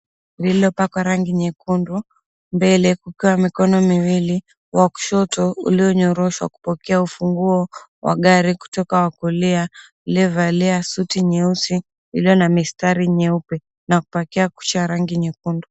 Lililopakwa rangi nyekundu. Mbele kukiwa na mikono miwili, wa kushoto ulionyoroshwa kupokea ufunguo wa gari kutoka wa kulia iliyovalia suti nyeusi iliyo na mistari nyeupe na kupakia kucha rangi nyekundu.